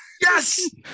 Yes